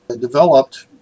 developed